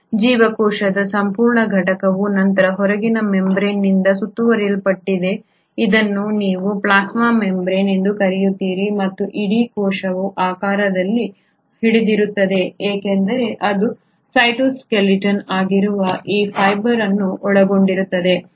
ಜೀವಕೋಶದ ಸಂಪೂರ್ಣ ಘಟಕವು ನಂತರ ಹೊರಗಿನ ಮೆಂಬರೇನ್ನಿಂದ ಸುತ್ತುವರಿಯಲ್ಪಟ್ಟಿದೆ ಇದನ್ನು ನೀವು ಪ್ಲಾಸ್ಮಾ ಮೆಂಬರೇನ್ ಎಂದು ಕರೆಯುತ್ತೀರಿ ಮತ್ತು ಇಡೀ ಕೋಶವು ಆಕಾರದಲ್ಲಿ ಹಿಡಿದಿರುತ್ತದೆ ಏಕೆಂದರೆ ಇದು ಸೈಟೋಸ್ಕೆಲಿಟನ್ ಆಗಿರುವ ಈ ಫೈಬರ್ ಅನ್ನು ಒಳಗೊಂಡಿರುತ್ತದೆ